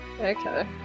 okay